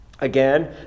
Again